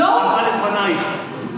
אבל לפנייך.